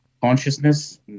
consciousness